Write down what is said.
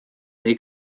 they